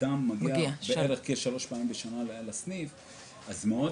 אדם מגיע שלוש פעמים בשנה לסניף אז מאוד